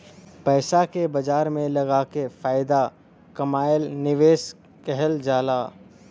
पइसा के बाजार में लगाके फायदा कमाएल निवेश कहल जाला